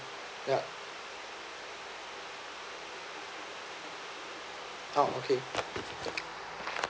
ya oh okay